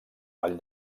vall